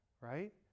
right